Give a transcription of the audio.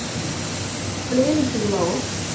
playlist चलाओ